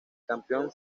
campeón